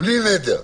בלי נדר.